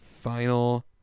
final